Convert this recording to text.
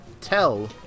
tell